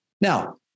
Now